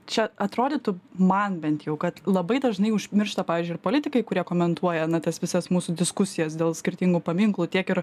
čia atrodytų man bent jau kad labai dažnai užmiršta pavyzdžiui ir politikai kurie komentuoja na tas visas mūsų diskusijas dėl skirtingų paminklų tiek ir